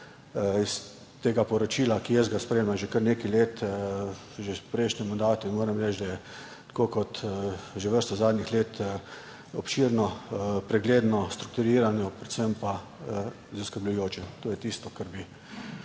To poročilo, jaz ga spremljam že kar nekaj let, že v prejšnjem mandatu, in moram reči, da je tako kot že vrsto zadnjih let obširno, pregledno, strukturirano, predvsem pa zaskrbljujoče, to je tisto, kar bi